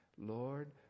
Lord